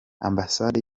ambasade